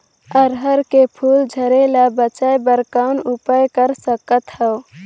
अरहर के फूल झरे ले बचाय बर कौन उपाय कर सकथव?